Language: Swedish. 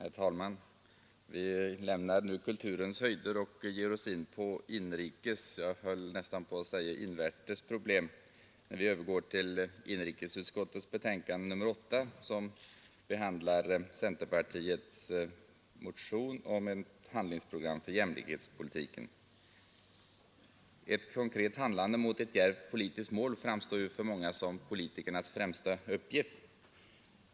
Herr talman! Vi lämnar nu kulturens höjder och ger oss inpå inrikes problem, när vi övergår till inrikesutskottets betänkande nr 8, som behandlar centerpartiets motion om ett handlingsprogram för jämlikhetspolitiken. Ett konkret handlande för att nå ett djärvt politiskt mål framstår för många som politikernas främsta uppgift.